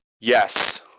Yes